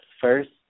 first